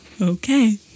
okay